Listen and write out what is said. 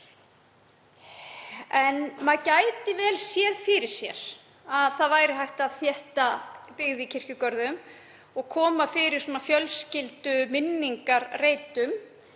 En maður gæti vel séð fyrir sér að hægt væri að þétta byggð í kirkjugörðum og koma fyrir fjölskylduminningarreitum.